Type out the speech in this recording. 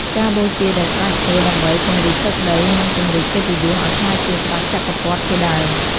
ការបូជាដែលស្ដេចធ្វើដើម្បីពង្រីកទឹកដី និងពង្រីកកិត្តិយសឱ្យក្លាយជា ស្ដេចចក្រពត្តិ ជាដើម។